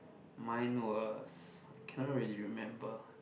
mine was I cannot really remember